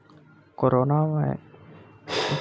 corona में सब रखल अनाज सरकार गरीब लोग के बाट देहले बा